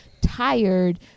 tired